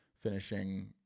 finishing